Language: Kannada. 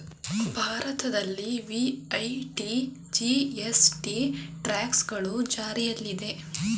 ಭಾರತದಲ್ಲಿ ವಿ.ಎ.ಟಿ, ಜಿ.ಎಸ್.ಟಿ, ಟ್ರ್ಯಾಕ್ಸ್ ಗಳು ಜಾರಿಯಲ್ಲಿದೆ